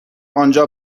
آنجا